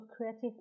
creative